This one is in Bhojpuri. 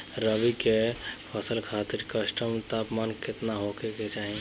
रबी क फसल खातिर इष्टतम तापमान केतना होखे के चाही?